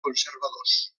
conservadors